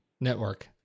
Network